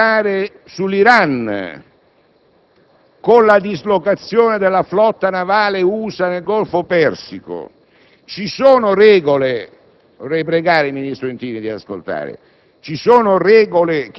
Questi accordi sono tutti a conoscenza del Parlamento o ci sono clausole segrete? E soprattutto, nel momento in cui notizie quotidiane ci informano